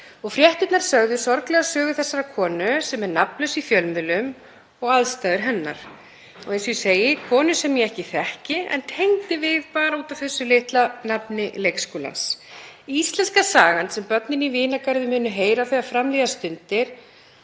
Fréttirnar sögðu sorglega sögu þessarar konu, sem er nafnlaus í fjölmiðlum, og aðstæðna hennar, og eins og ég segi, konu sem ég ekki þekki en tengdi við bara út af nafni leikskólans. Íslenska sagan sem börnin í Vinagarði munu heyra þegar fram líða stundir